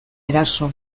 eraso